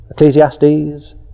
Ecclesiastes